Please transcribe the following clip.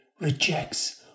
rejects